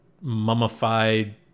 mummified